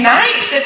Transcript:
nice